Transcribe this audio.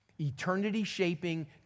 eternity-shaping